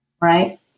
right